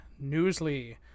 Newsly